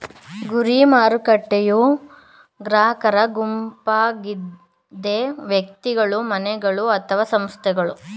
ಗುರಿ ಮಾರುಕಟ್ಟೆಯೂ ಗ್ರಾಹಕರ ಗುಂಪಾಗಿದೆ ವ್ಯಕ್ತಿಗಳು, ಮನೆಗಳು ಅಥವಾ ಸಂಸ್ಥೆಗಳು